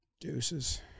Deuces